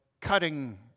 cutting